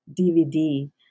DVD